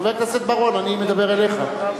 חבר הכנסת בר-און, אני מדבר אליך.